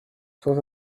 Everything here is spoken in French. sans